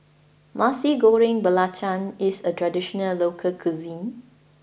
Nasi Goreng Belacan is a traditional local cuisine